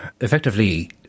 effectively